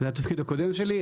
זה התפקיד הקודם שלי,